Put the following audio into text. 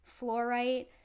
fluorite